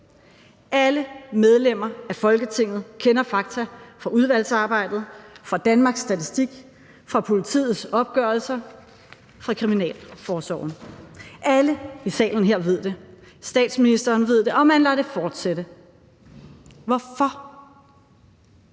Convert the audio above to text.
Alle medlemmer af Folketinget kender fakta fra udvalgsarbejdet, fra Danmarks Statistik, fra politiets opgørelser, fra kriminalforsorgen. Alle i salen her ved det. Statsministeren ved det – og man lader det fortsætte. Hvorfor?